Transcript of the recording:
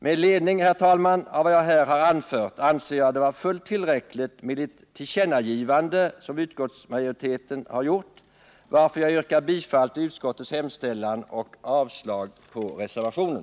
Med anledning av vad jag här har anfört anser jag det vara fullt tillräckligt med det tillkännagivande som utskottsmajoriteten har gjort, varför jag yrkar bifall till utskottets hemställan och avslag på reservationen.